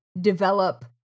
develop